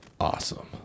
Awesome